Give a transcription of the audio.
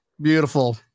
beautiful